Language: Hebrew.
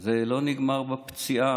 זה לא נגמר בפציעה,